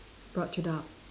brought you up